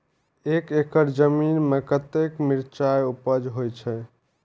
एक एकड़ जमीन में कतेक मिरचाय उपज होई छै?